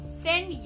friend